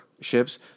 ships